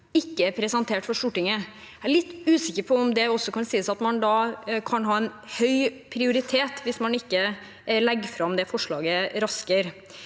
ikke er presentert for Stortinget. Jeg er litt usikker på om det kan sies at man da har høy prioritet, når man ikke legger fram forslaget raskere.